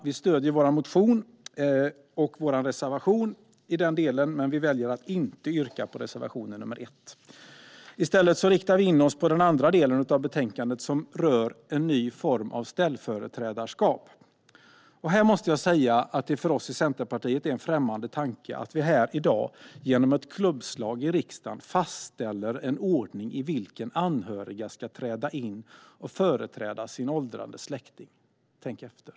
Vi stöder vår motion och vår reservation i den delen, men vi väljer att inte yrka bifall till reservation 1. Vi riktar i stället in oss på den andra delen i betänkandet, som rör en ny form av ställföreträdarskap. För oss i Centerpartiet är det en främmande tanke att vi här i dag, genom ett klubbslag i riksdagen, ska fastställa en ordning i vilken anhöriga ska träda in och företräda sin åldrande släkting. Tänk efter!